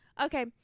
Okay